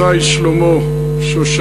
גמלתהו טוב ולא רע כל